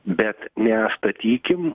bet ne statykim